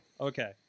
Okay